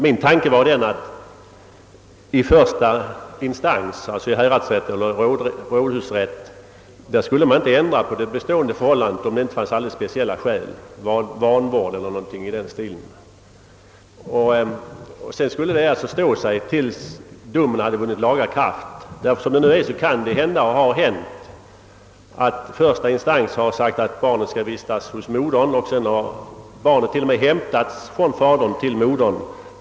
Min tanke var emellertid att första instans, häradsrätt eller rådhusrätt, inte skulle ändra det bestående förhållandet såvida det inte förelåg speciella skäl härför, vanvård etc. Det skulle alltså gälla tills domen vunnit laga kraft. Som det nu är har det hänt att första instans sagt att barnet skall vårdas hos modern, och barnet har till och med hämtats från fadern till modern.